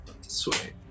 Sweet